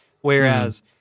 Whereas